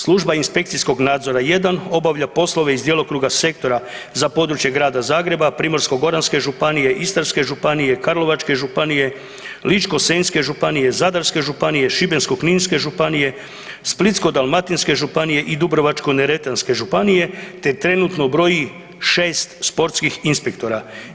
Služba inspekcijskog nadzora jedan obavlja poslove iz djelokruga sektora za područje Grada Zagreba, Primorsko-goranske županije, Istarske županije, Karlovačke županije, Ličko-senjske županije, Zadarske županije, Šibensko-kninske županije, Splitsko-dalmatinske županije i Dubrovačko-neretvanske županije te trenutno broji 6 sportskih inspektora.